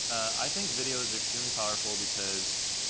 i think video is extremely powerful, because